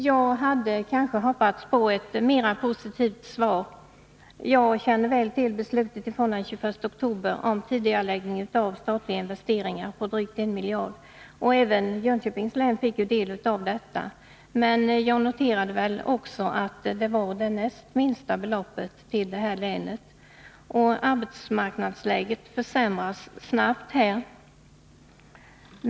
Jag hade kanske hoppats på ett mera positivt svar. Jag känner väl till beslutet från den 21 oktober om tidigareläggning av statliga investeringar på drygt en miljard. Även Jönköpings län fick del av detta. Men jag noterade också att det var det näst minsta beloppet som gick till det här länet där arbetsmarknadsläget snabbt försämras.